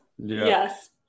yes